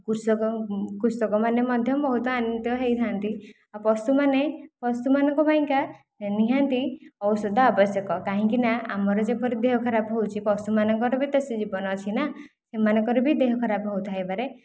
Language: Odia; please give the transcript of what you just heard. କୃଷକ କୃଷକମାନେ ମଧ୍ୟ ବହୁତ ଆନନ୍ଦିତ ହୋଇଥାନ୍ତି ଆଉ ପଶୁମାନେ ପଶୁମାନଙ୍କ ପାଇଁକା ନିହାତି ଔଷଧ ଆବଶ୍ୟକ କାହିଁକିନା ଆମର ଯେପରି ଦେହ ଖରାପ ହେଉଛି ପଶୁମାନଙ୍କର ବି ତ ସେ ଜୀବନ ଅଛି ନା ସେମାନଙ୍କର ବି ଦେହ ଖରାପ ହେଉ ଥାଇପାରେ